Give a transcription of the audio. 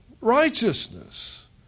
righteousness